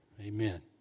Amen